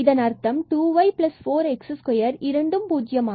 இதன் அர்த்தம் 2 y4 x2 இரண்டும் பூஜ்யமாக வேண்டும்